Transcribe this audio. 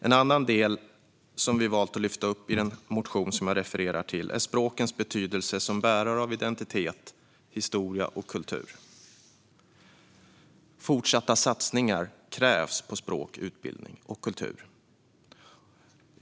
En annan del som vi valt att lyfta upp i den motion som jag refererar till är språkens betydelse som bärare av identitet, historia och kultur. Fortsatta satsningar krävs på språk, utbildning och kultur.